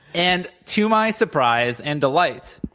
and to my surprise and delight,